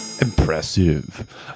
Impressive